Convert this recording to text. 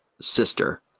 sister